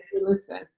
listen